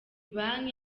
banki